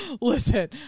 Listen